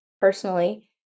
personally